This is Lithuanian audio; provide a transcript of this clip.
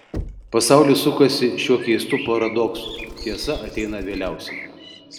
pasaulis sukasi šiuo keistu paradoksu tiesa ateina vėliausiai